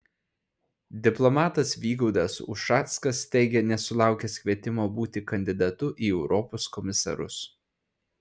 diplomatas vygaudas ušackas teigia nesulaukęs kvietimo būti kandidatu į europos komisarus